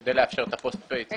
כדי לאפשר את ה-post pay.